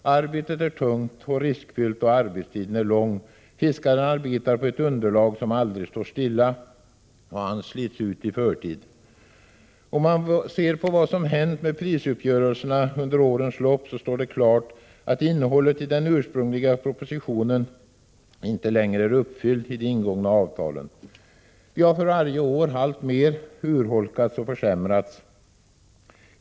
Arbetet är tungt och riskfyllt, och arbetstiden är lång. Fiskaren arbetar på ett underlag som aldrig står stilla, och han slits ut i förtid. Om man ser på vad som hänt med prisuppgörelserna under årens lopp står det klart att det som angavs i den ursprungliga propositionen inte längre är uppfyllt i de ingångna avtalen. De har för varje år alltmer urholkats och försämrats.